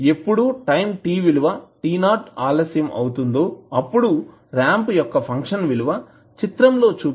ఎప్పుడు time t విలువ t0 ఆలస్యం అవుతుందో అప్పుడు రాంప్ యొక్క ఫంక్షన్ విలువ చిత్రం లో చూపిన విధంగా t t 0 అవుతుంది